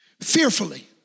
fearfully